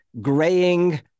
graying